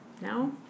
Now